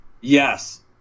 Yes